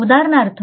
उदाहरणार्थ